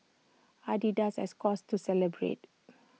Adidas has cause to celebrate